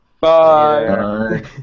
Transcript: Bye